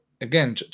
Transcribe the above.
again